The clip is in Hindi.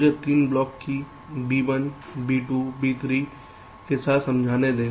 मुझे 3 ब्लॉक बी 1 B2 B3 के साथ समझाने दे